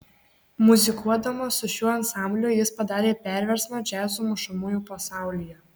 muzikuodamas su šiuo ansambliu jis padarė perversmą džiazo mušamųjų pasaulyje